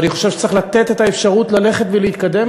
ואני חושב שצריך לתת לה את האפשרות ללכת ולהתקדם.